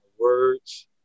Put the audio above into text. words